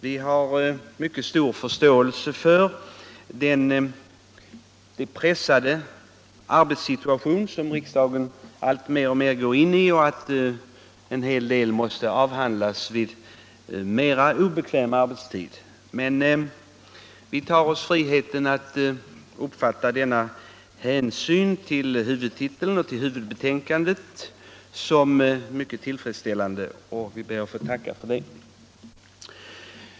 Vi har mycket stor förståelse för den pressade arbetssituation som riksdagen alltmer går in i och att en hel del ärenden måste behandlas vid mer obekväm arbetstid. Men vi tar oss friheten att uppfatta denna placering som en hänsyn till huvudtiteln och huvudbetänkandet när det gäller jordbruket som är mycket tillfredsställande och vi tackar för den.